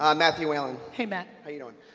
um matthew haling. hey matt. how you doin'?